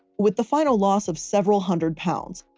with the final loss of several hundred pounds.